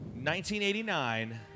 1989